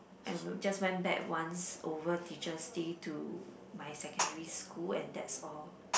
I w~ just went back once over Teacher's Day to my secondary school and that's all